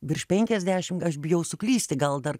virš penkiasdešim aš bijau suklysti gal dar